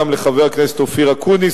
גם לחבר הכנסת אופיר אקוניס,